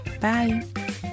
Bye